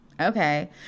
okay